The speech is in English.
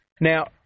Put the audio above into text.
Now